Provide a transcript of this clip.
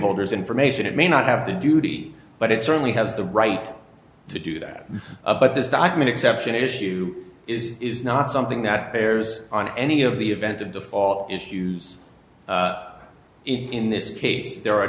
holders information it may not have the duty but it certainly has the right to do that but this document exception issue is is not something that bears on any of the event of default issues in this case there are